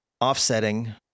offsetting